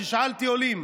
שאלתי עולים: